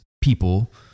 people